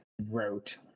wrote